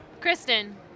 Kristen